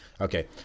okay